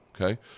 okay